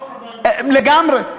בתוך המים, לגמרי.